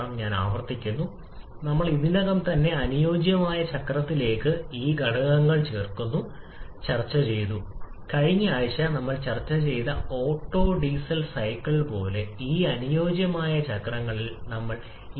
സൈക്കിളിന്റെ ഏറ്റവും ഉയർന്ന സമ്മർദ്ദവും താപനിലയും കുറയ്ക്കുന്നതിനും അതുവഴി കുറയ്ക്കുന്നതിനും സൈക്കിളിന്റെ നെറ്റ് വർക്ക് output ട്ട്പുട്ട് തന്മാത്രകളുടെ എണ്ണത്തിലെ വ്യതിയാനത്തിന്റെ പ്രഭാവം സിസ്റ്റം മർദ്ദം